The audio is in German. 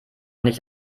nicht